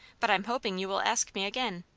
but i'm hoping you will ask me again.